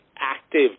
active